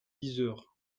yzeure